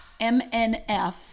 MNF